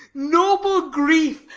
noble grief!